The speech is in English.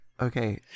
okay